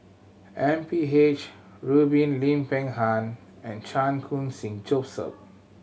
M P H Rubin Lim Peng Han and Chan Khun Sing Joseph